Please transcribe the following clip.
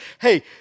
Hey